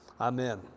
Amen